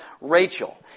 Rachel